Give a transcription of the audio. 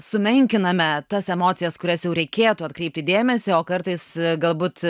sumenkiname tas emocijasį kurias jau reikėtų atkreipti dėmesį o kartais galbūt